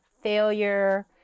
failure